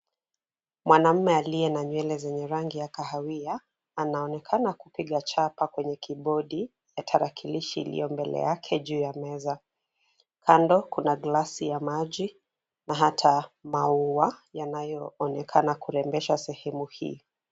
Mwanamme aliye na nywele zenye rangi ya kahawia anaonekana kupiga chapa kwenye kibodi ya tarakilishi iliyo mbele yake. Kando kuna glasi ya maji na hata maua yanayo rembesha sehemu hii.